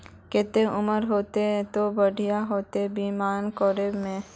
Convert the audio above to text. केते उम्र होते ते बढ़िया होते बीमा करबे में?